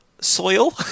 soil